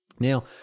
Now